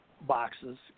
boxes